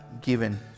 given